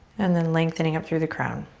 and then lengthening up through the crown.